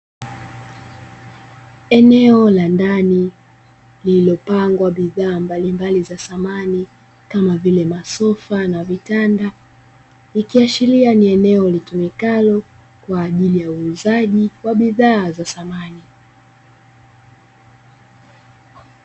Eneo la ndani lililopangwa bidhaa mbalimbali thamani kama vile masofa na vitanda, ikiashiria ni eneo linalotumikalo kwa ajili ya huuzaji wa bidhaa za thamani.